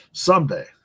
Someday